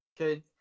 Okay